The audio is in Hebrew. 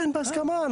כן, בהסכמה.